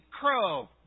crow